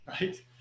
right